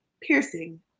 piercing